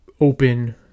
open